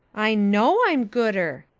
i know i'm gooder,